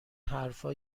حرفا